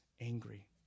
angry